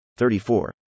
34